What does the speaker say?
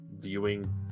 viewing